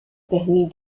permis